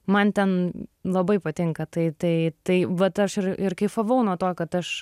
man ten labai patinka tai tai tai vat aš ir ir kaifavau nuo to kad aš